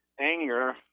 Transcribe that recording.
anger